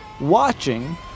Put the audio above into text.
watching